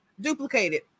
duplicated